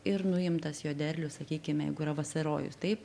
ir nuimtas jo derlius sakykime jeigu yra vasarojus taip